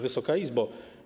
Wysoka Izbo!